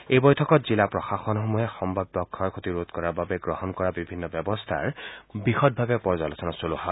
এই বৈঠকত জিলা প্ৰশাসনসমূহে সম্ভাৱ্য ক্ষয় ক্ষতি ৰোধ কৰাৰ বাবে গ্ৰহণ কৰা বিভিন্ন ব্যৱস্থাৰ বিশদভাৱে পৰ্যালোচনা চলোৱা হয়